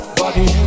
body